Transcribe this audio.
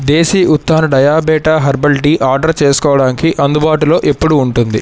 దేశీ Utthana diabeta herbal tea order చేసుకోడానికి అందుబాటులో ఎప్పుడు ఉంటుంది